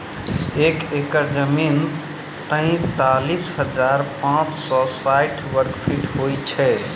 एक एकड़ जमीन तैँतालिस हजार पाँच सौ साठि वर्गफीट होइ छै